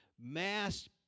mass